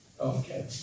Okay